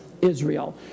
Israel